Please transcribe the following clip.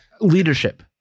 Leadership